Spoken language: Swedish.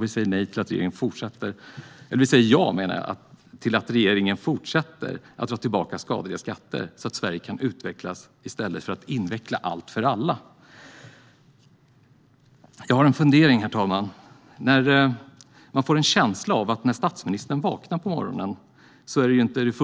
Vi säger ja till att regeringen fortsätter att dra tillbaka skadliga skatter så att Sverige kan utvecklas i stället för att inveckla allt för alla. Jag har en fundering, herr talman. Man får en känsla av att statsministerns första ord när han vaknar på morgonen inte är